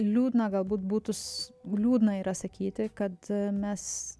liūdna galbūt būtus liūdna yra sakyti kad mes